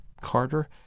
Carter